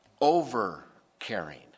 over-caring